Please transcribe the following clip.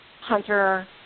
Hunter